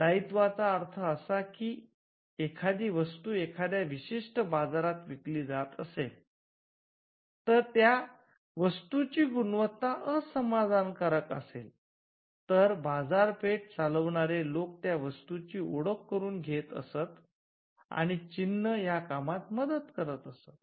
दायीत्वाचा अर्थ असा आहे की एखादी वस्तू एखाद्या विशिष्ट बाजारात विकली जात असे जर त्या वस्तूची गुणवत्ता असमाधानकारक असेल तर बाजारपेठ चालवणारे लोक त्या वस्तू ची ओळख करून घेत असत आणि चिन्ह या कामात मदत करत असत